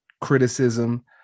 criticism